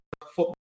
football